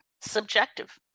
subjective